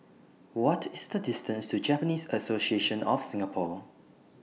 What IS The distance to Japanese Association of Singapore